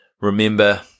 Remember